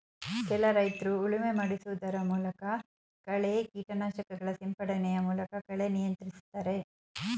ಕೆಲ ರೈತ್ರು ಉಳುಮೆ ಮಾಡಿಸುವುದರ ಮೂಲಕ, ಕಳೆ ಕೀಟನಾಶಕಗಳ ಸಿಂಪಡಣೆಯ ಮೂಲಕ ಕಳೆ ನಿಯಂತ್ರಿಸ್ತರೆ